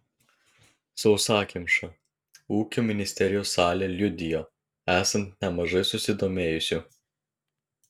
sausakimša ūkio ministerijos salė liudijo esant nemažai susidomėjusių